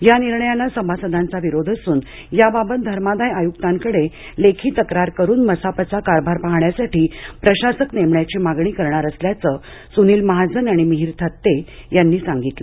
या निर्णयाला सभासदांचा विरोध असून याबाबत धर्मादाय आयुक्तांकडे लेखी तक्रार करून मसापचा कारभार पाहण्यासाठी प्रशासक नेमण्याची मागणी करणार असल्याचं सुनील महाजन आणि मिहिर थत्ते यांनी सांगितलं